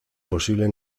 posible